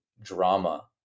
drama